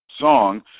song